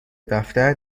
دفتر